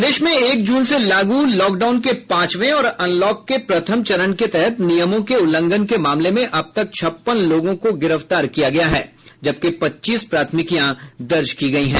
प्रदेश में एक जून से लागू लॉकडाउन के पांचवे और अनलॉक के प्रथम चरण के तहत नियमों के उल्लंघन के मामले में अब तक छप्पन लोगों को गिरफ्तार किया गया है जबकि पच्चीस प्राथमिकी दर्ज की गयी हैं